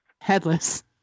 Headless